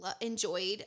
enjoyed